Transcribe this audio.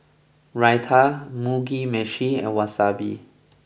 Raita Mugi Meshi and Wasabi